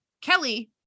Kelly